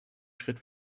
schritt